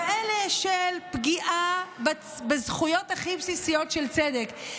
כאלה של פגיעה בזכויות הכי בסיסיות של צדק,